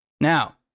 Now